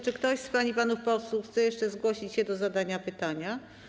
Czy ktoś z pań i panów posłów chce jeszcze zgłosić się do zadania pytania?